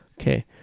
Okay